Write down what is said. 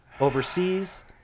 overseas